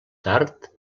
tard